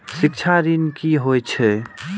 शिक्षा ऋण की होय छै?